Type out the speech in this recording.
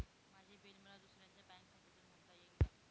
माझे बिल मला दुसऱ्यांच्या बँक खात्यातून भरता येईल का?